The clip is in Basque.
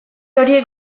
horiek